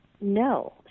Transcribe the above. No